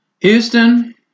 Houston